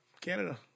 Canada